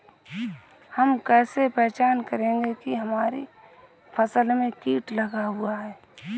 हम कैसे पहचान करेंगे की हमारी फसल में कीट लगा हुआ है?